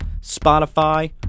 Spotify